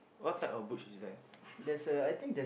what type of butch is there